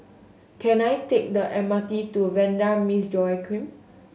can I take the M R T to Vanda Miss Joaquim